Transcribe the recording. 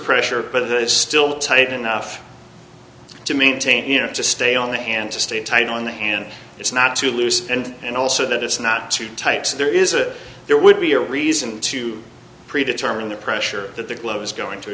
pressure but it's still tight enough to maintain you know to stay on the hand to stay tight on the hand it's not too loose and and also that it's not two types there is a there would be a reason to predetermine the pressure that the globe is going to